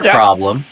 problem